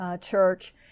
church